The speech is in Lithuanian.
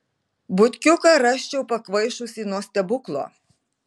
butkiuką rasčiau pakvaišusį nuo stebuklo